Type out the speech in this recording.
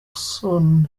pacson